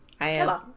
Hello